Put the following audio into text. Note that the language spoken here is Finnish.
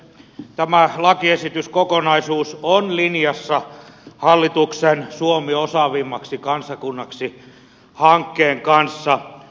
tämä lakiesityskokonaisuus on linjassa hallituksen suomi osaavimmaksi kansakunnaksi hankkeen kanssa